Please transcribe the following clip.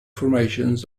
formations